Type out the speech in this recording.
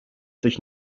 durch